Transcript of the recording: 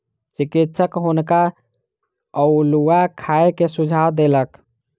चिकित्सक हुनका अउलुआ खाय के सुझाव देलक